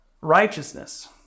righteousness